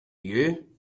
you